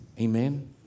Amen